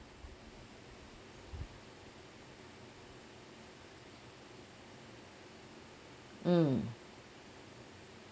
mm